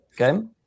Okay